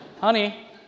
Honey